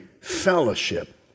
fellowship